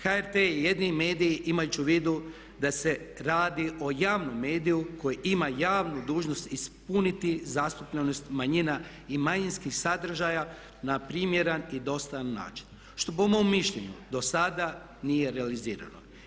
HRT je jedini medij imajući u vidu da se radi o javnom mediju koji ima javnu dužnost ispuniti zastupljenost manjina i manjinskih sadržava na primjeran i dostojan način što po mom mišljenju do sada nije realizirano.